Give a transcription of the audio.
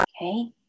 Okay